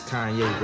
Kanye